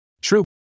True